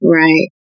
right